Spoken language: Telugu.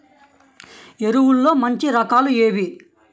ఎరువుల్లో మంచి రకాలు ఏవి?